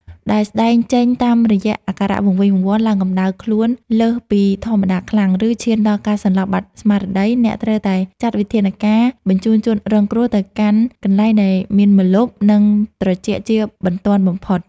ដែលស្តែងចេញតាមរយៈអាការៈវង្វេងវង្វាន់ ឡើងកម្ដៅខ្លួនលើសពីធម្មតាខ្លាំង ឬឈានដល់ការសន្លប់បាត់ស្មារតី អ្នកត្រូវតែចាត់វិធានការបញ្ជូនជនរងគ្រោះទៅកាន់កន្លែងដែលមានម្លប់ និងត្រជាក់ជាបន្ទាន់បំផុត។